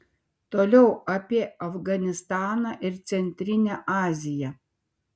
toliau apie afganistaną ir centrinę aziją